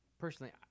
Personally